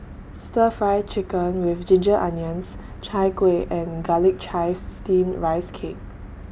Stir Fry Chicken with Ginger Onions Chai Kueh and Garlic Chives Steamed Rice Cake